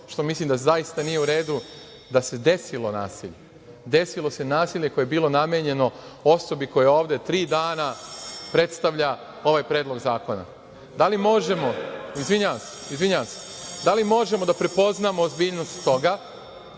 što mislim da zaista nije u redu da se desilo nasilje. Desilo se nasilje koje je bilo namenjeno osobi koja ovde tri dana predstavlja ovaj Predlog zakona. Da li možemo, da prepoznamo ozbiljnost toga,